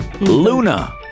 Luna